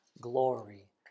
glory